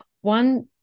One